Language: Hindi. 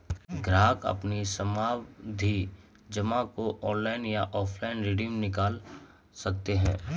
ग्राहक अपनी सावधि जमा को ऑनलाइन या ऑफलाइन रिडीम निकाल सकते है